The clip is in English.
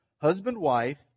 Husband-wife